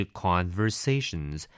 conversations